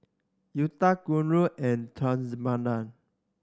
Udai Guru and Thamizhavel